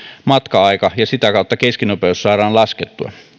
matka aika ja sitä kautta keskinopeus saadaan laskettua